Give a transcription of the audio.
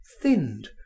thinned